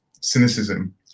cynicism